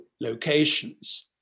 locations